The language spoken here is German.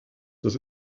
das